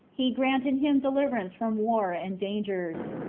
he granted him deliverance from war and dangers.